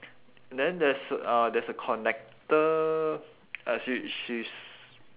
then there's uh there's a connector uh she she's